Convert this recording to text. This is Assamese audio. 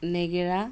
নেগেৰা